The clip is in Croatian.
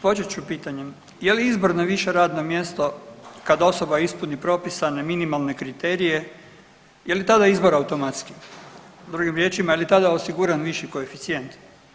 Počet ću pitanjem, je li izbor na više radno mjesto kad osoba ispuni propisane minimalne kriterije, je li tada izbor automatski, drugim riječima je li tada osiguran viši koeficijent?